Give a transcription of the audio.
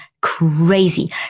crazy